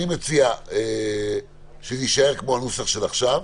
אני מציע שנישאר כמו הנוסח של עכשיו,